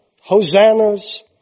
hosannas